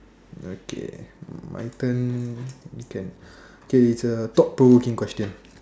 okay my turn can okay it's a thought provoking question